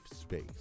space